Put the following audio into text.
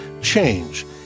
change